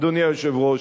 אדוני היושב-ראש,